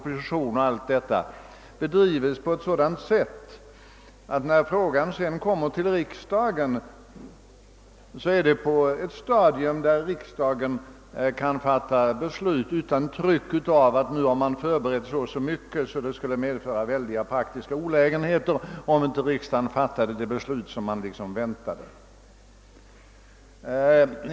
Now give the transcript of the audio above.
v., vilket pågår under åratal, bedrives på ett sådant sätt att frågan kommer till riksdagen på ett stadium som gör det möjligt för riksdagen att fatta beslut utan det tryck som ligger däri, att förberedelse arbetet fortskridit så långt att det skulle medföra stora praktiska olägenheter om riksdagen inte fattade det beslut som så att säga förväntas av den?